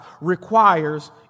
requires